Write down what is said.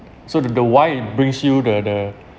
so the the why brings you the the